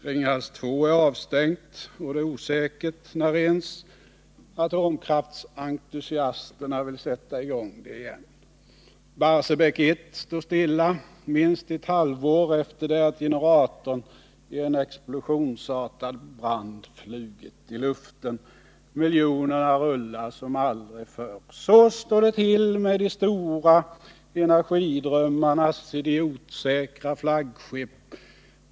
Ringhals 2 är avstängd, och det är osäkert när ens atomkraftsentusiasterna vill sätta i gång den igen. Barsebäck 1 står stilla minst ett halvår efter det att generatorn i en explosionsartad brand flugit i luften. Miljonerna rullar som aldrig förr. Så står det till med de stora energidrömmarnas idiotsäkra flaggskepp.